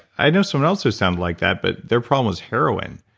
i know someone else who sounded like that, but their problem was heroin.